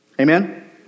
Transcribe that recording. Amen